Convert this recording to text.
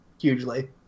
hugely